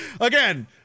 Again